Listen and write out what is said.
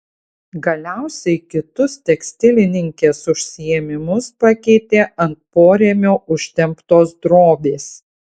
galiausiai kitus tekstilininkės užsiėmimus pakeitė ant porėmio užtemptos drobės